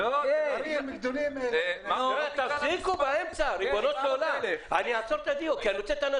סדר גודל של 40,000. בין היתר כי השוק